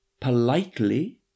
politely